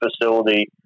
facility